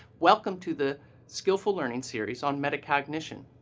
welcome to the skillful learning series on metacognition.